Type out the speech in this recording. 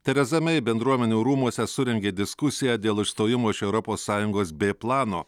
tereza mei bendruomenių rūmuose surengė diskusiją dėl išstojimo iš europos sąjungos b plano